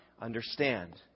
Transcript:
understand